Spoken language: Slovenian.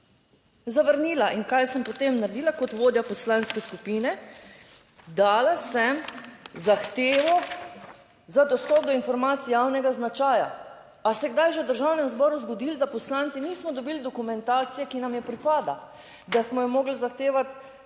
Zavrnila! In kaj sem potem naredila kot vodja poslanske skupine? Dala sem zahtevo za dostop do informacij javnega značaja. Ali se je kdaj že v Državnem zboru zgodilo, da poslanci nismo dobili dokumentacije, ki nam je pripada, da smo jo morali zahtevati